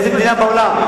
50,000. איזו מדינה בעולם?